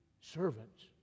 servants